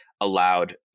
allowed